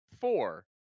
four